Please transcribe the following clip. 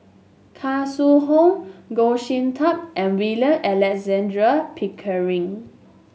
Khoo Sui Hoe Goh Sin Tub and William Alexander Pickering